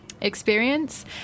experience